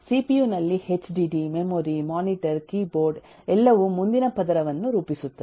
CPU ನಲ್ಲಿ HDD memory monitor keyboard ಎಲ್ಲವೂ ಮುಂದಿನ ಪದರವನ್ನು ರೂಪಿಸುತ್ತದೆ